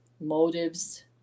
motives